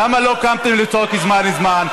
למה לא קמתם לצעוק "זמן, זמן"?